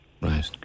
Right